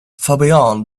fabian